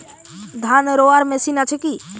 ধান রোয়ার মেশিন আছে কি?